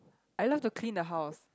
I love to clean the house